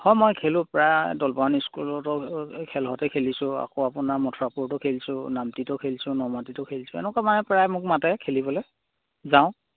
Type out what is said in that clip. হয় মই খেলোঁ প্ৰায় দলবাগান স্কুলতো খেল হওঁতে খেলিছোঁ আকৌ আপোনাৰ মথুৰাপুৰটো খেলিছোঁ নামটিতো খেলিছোঁ নমাটিতো খেলিছোঁ এনেকুৱা মানে প্ৰায় মোক মাতে খেলিবলৈ যাওঁ